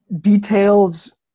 details